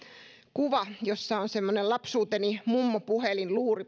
kuva jossa on semmoinen lapsuuteni mummopuhelin